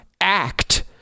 act